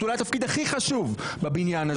אולי התפקיד הכי חשוב בבניין הזה.